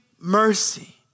mercy